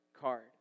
card